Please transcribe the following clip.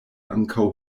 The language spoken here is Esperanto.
ankaŭ